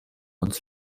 uns